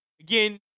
again